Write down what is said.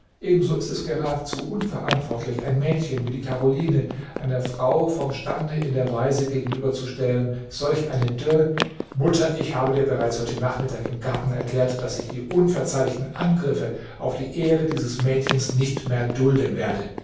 ebenso ist es geradezu unverantwortlich ein mädchen wie die karoline einer frau vom stande in der weise gegenüber zu stellen solch eine dirne mutter ich habe dir bereits heute nachmittag im garten erklärt daß ich die unverzeihlichen angriffe auf die ehre dieses mädchens nicht mehr dulden werde